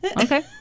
Okay